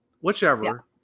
whichever